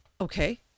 okay